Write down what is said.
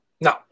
No